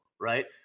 right